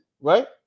right